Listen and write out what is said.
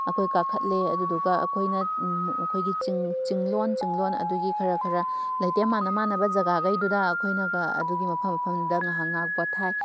ꯑꯩꯈꯣꯏ ꯀꯥꯈꯠꯂꯤ ꯑꯗꯨꯗꯨꯒ ꯑꯩꯈꯣꯏꯅ ꯑꯩꯈꯣꯏꯒꯤ ꯆꯤꯡꯂꯣꯟ ꯆꯤꯡꯂꯣꯟ ꯑꯗꯨꯒꯤ ꯈꯔ ꯈꯔ ꯂꯩꯇꯦꯝ ꯃꯥꯟꯅ ꯃꯥꯟꯅꯕ ꯖꯥꯒꯥꯈꯩꯗꯨꯗ ꯑꯈꯣꯏꯅꯒ ꯑꯗꯨꯒꯤ ꯃꯐꯝ ꯃꯐꯝꯗꯨꯗ ꯉꯥꯏꯍꯥꯛ ꯉꯥꯏꯍꯥꯛ ꯄꯣꯊꯥꯏ